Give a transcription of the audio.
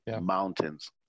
mountains